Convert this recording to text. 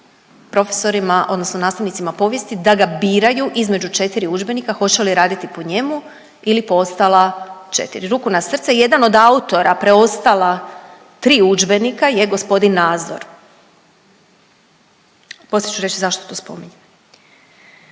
profesorima odnosno nastavnicima povijesti da ga biraju između 4 udžbenika hoće li raditi po njemu ili po ostala 4, ruku na srce jedan od autora preostala 3 udžbenika je gospodin Nazor. Poslije ću reći zašto to spominjem.